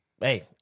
Hey